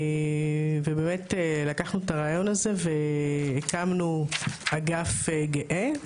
ובאמת לקחנו את הרעיון הזה והקמנו אגף גאה.